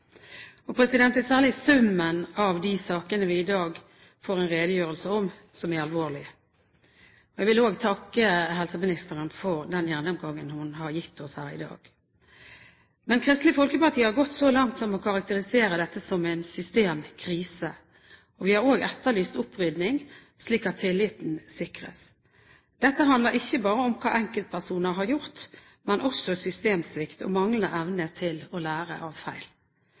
Det er særlig summen av de sakene vi i dag får en redegjørelse om, som er alvorlig. Jeg vil også takke helseministeren for den gjennomgangen hun har gitt oss her i dag. Men Kristelig Folkeparti har gått så langt som å karakterisere dette som en systemkrise, og vi har også etterlyst opprydning, slik at tilliten sikres. Dette handler ikke bare om hva enkeltpersoner har gjort, men også om systemsvikt og manglende evne til å lære av feil.